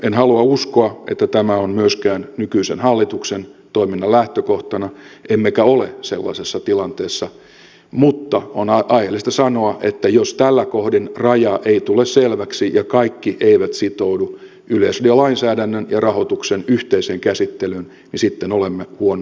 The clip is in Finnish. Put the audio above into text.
en halua uskoa että tämä on myöskään nykyisen hallituksen toiminnan lähtökohtana emmekä ole sellaisessa tilanteessa mutta on aiheellista sanoa että jos tällä kohdin raja ei tule selväksi ja kaikki eivät sitoudu yleisradiolainsäädännön ja rahoituksen yhteiseen käsittelyyn niin sitten olemme huonolla tiellä